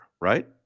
right